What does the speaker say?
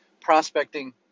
prospecting